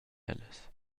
ellas